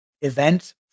event